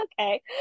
Okay